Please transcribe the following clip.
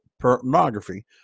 pornography